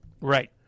Right